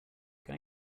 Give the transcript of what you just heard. can